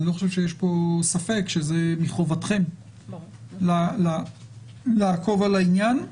אני לא חושב שיש פה ספק שזה מחובתכם לעקוב על העניין.